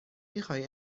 میخوای